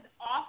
off